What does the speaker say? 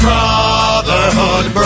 Brotherhood